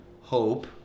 hope